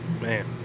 Man